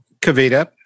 Kavita